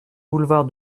boulevard